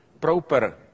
proper